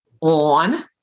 on